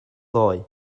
ddoe